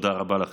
תודה רבה לכם.